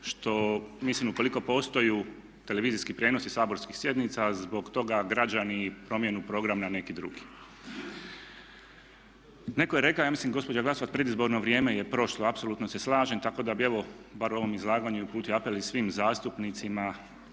što, mislim ukoliko postoje televizijski prijenosi saborskih sjednica zbog toga građani promjene program na neki drugi. Netko je rekao, ja mislim gospođa …/Govornik se ne razumije./… predizborno vrijeme je prošlo. Apsolutno se slažem. Tako da bih evo bar u ovom izlaganju uputio apel i svim zastupnicima